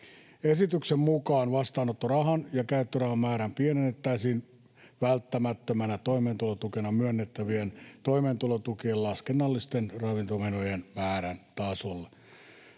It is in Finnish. Esityksen mukaan vastaanottorahan ja käyttörahan määrää pienennettäisiin välttämättömänä toimeentulotukena myönnettävien toimeentulotukien laskennallisten ravintomenojen määrän tasolle.